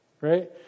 right